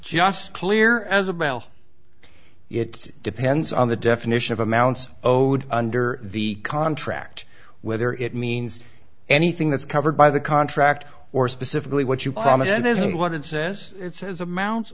just clear as a bell it depends on the definition of amounts owed under the contract whether it means anything that's covered by the contract or specifically what you promised it is and what it says it says amounts